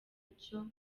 nicyo